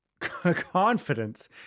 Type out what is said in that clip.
confidence